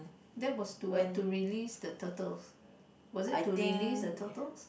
that was to what to release the turtles was it to release the turtles